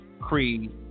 creed